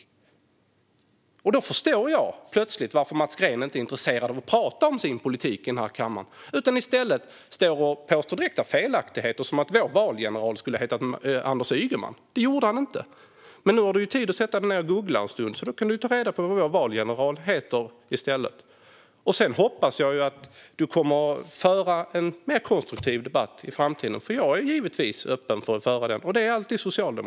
Plötsligt förstår jag varför Mats Green inte är intresserad av att prata om sin politik här i kammaren utan i stället står och påstår direkta felaktigheter som att vår valgeneral skulle ha varit Anders Ygeman. Det var det inte. Men nu har du tid att sätta dig ner och googla en stund, Mats Green, så nu kan du ta reda på vem vår valgeneral faktiskt var. Jag hoppas också att du kommer att föra en mer konstruktiv debatt i framtiden. Jag är givetvis öppen för att föra den. Socialdemokraterna är alltid det.